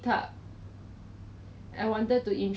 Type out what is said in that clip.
err have so much difference because it's like the same product